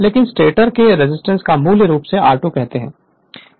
लेकिन स्टेटर के रेजिस्टेंस को मूल रूप से r2 ' कहते हैं